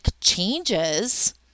changes